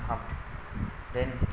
half then